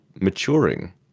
maturing